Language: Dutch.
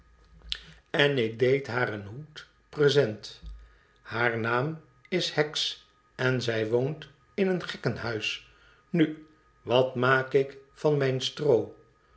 en ik deed haar een hoed present haar naam is heks en zij woont in een gekken huis nu wat maak ik van mijn stroo